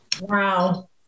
Wow